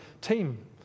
team